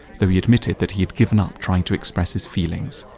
though he admitted that he had given up trying to express his feelings.